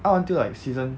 out until like season